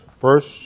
First